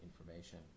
information